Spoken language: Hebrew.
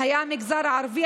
היה המגזר הערבי.